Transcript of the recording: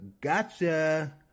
gotcha